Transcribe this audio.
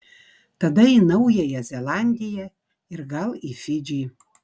tada į naująją zelandiją ir gal į fidžį